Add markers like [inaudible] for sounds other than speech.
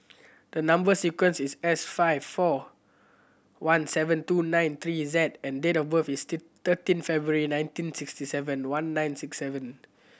the number sequence is S five four one seven two nine three Z and date of birth is [unintelligible] thirteen February nineteen sixty seven one nine six seven